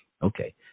Okay